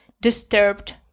disturbed